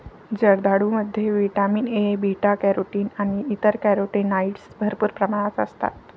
जर्दाळूमध्ये vitamin A, beta carotene आणि इतर कॅरोटीनॉइड्स भरपूर प्रमाणात असतात